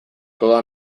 toda